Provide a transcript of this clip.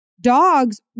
Dogs